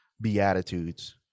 beatitudes